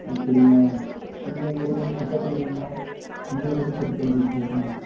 அப்படிங்களா நீங்கள் எங்கள் ஊரில் வந்து பிக்கப் பண்ணுவீங்களா எங்களுக்கு வந்து திருசெந்தூர் திருச்செந்தூர்